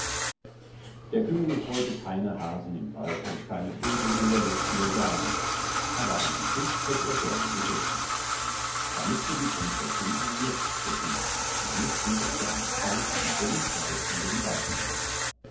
der könig wollte keine hasen im wald und keine vögel in der luft mehr jagen aber einen fisch härt er gern gegessen da mußte die prinzessin ein netz stricken damit ging er zu einem teich der nicht weit von dem wald lag